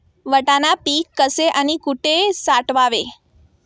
वाटाणा पीक कसे आणि कुठे साठवावे?